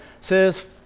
says